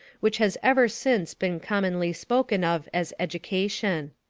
which has ever since been commonly spoken of as education.